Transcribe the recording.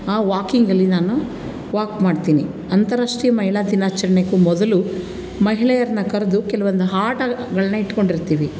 ಆ ವಾಕಿಂಗಲ್ಲಿ ನಾನು ವಾಕ್ ಮಾಡ್ತೀನಿ ಅಂತರಾಷ್ಟ್ರೀಯ ಮಹಿಳಾ ದಿನಾಚರಣೆಗೂ ಮೊದಲು ಮಹಿಳೆಯರನ್ನ ಕರೆದು ಕೆಲವೊಂದು ಆಟಗಳನ್ನ ಇಟ್ಕೊಂಡಿರ್ತೀವಿ